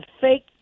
fake